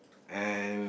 and